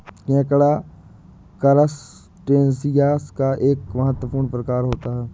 केकड़ा करसटेशिंयस का एक महत्वपूर्ण प्रकार होता है